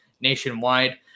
nationwide